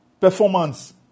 performance